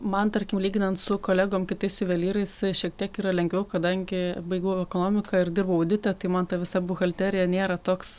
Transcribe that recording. man tarkim lyginant su kolegom kitais juvelyrais šiek tiek yra lengviau kadangi baigiau ekonomiką ir dirbau audite tai man ta visa buhalterija nėra toks